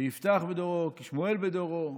כיפתח בדורו, כשמואל בדורו.